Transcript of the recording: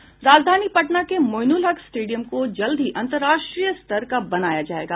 राजधानी पटना के मोइनुल हक स्टेडियम को जल्द ही अंतरराष्ट्रीय स्तर का बनाया जायेगा